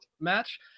match